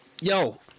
Yo